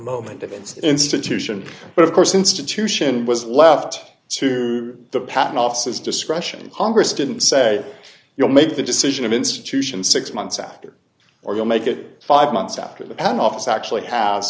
moment of it's institution but of course institution was left to the patent offices discretion congress didn't say you'll make the decision of institution six months after or you'll make it five months after the patent office actually